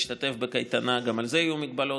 להשתתף בקייטנה, גם על זה יהיו מגבלות.